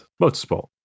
motorsport